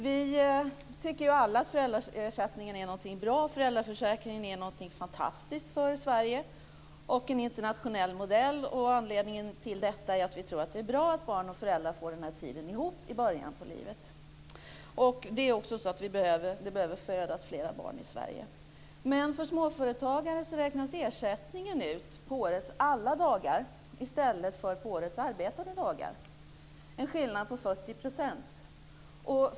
Vi tycker alla att föräldraersättningen är någonting bra. Föräldraförsäkringen är någonting fantastiskt för Sverige och en internationell förebild. Anledningen till detta är att vi tror att det är bra att barn och föräldrar får tid ihop i början av barnets liv. Det behöver också födas fler barn i Sverige. Men för småföretagare räknas ersättningen ut på årets alla dagar i stället för på årets arbetade dagar - en skillnad på 40 %.